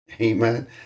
Amen